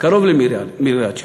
קרוב למיליארד ש"ח.